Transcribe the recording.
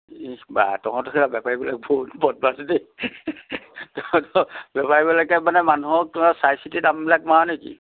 ইছ বাঃ তহঁতৰ দৰে বেপাৰীবিলাক বহুত বদমাছ দেই তহঁত বেপাৰীবিলাক মানে মানুহক চাই চিতি দামবিলাক মাৰ নেকি